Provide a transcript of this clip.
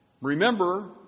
Remember